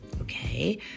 okay